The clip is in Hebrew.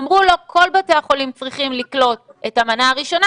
אמרו לו כל בתי החולים צריכים לקלוט את המנה הראשונה,